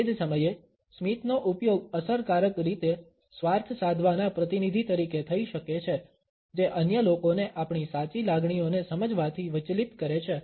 તે જ સમયે સ્મિતનો ઉપયોગ અસરકારક રીતે સ્વાર્થ સાધવાના પ્રતિનિધિ તરીકે થઈ શકે છે જે અન્ય લોકોને આપણી સાચી લાગણીઓને સમજવાથી વિચલિત કરે છે